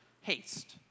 haste